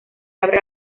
abre